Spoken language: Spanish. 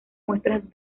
muestras